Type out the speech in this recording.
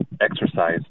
exercise